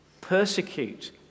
persecute